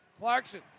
Clarkson